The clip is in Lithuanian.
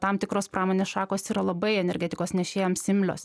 tam tikros pramonės šakos yra labai energetikos nešėjoms imlios